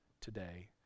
today